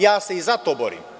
Ja se i za to borim.